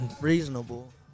Reasonable